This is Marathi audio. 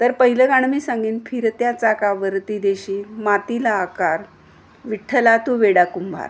तर पहिलं गाण मी सांगीन फिरत्या चाकावरती देशी मातीला आकार विठ्ठला तू वेडा कुंभार